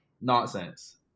Nonsense